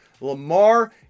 Lamar